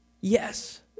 yes